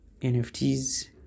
nfts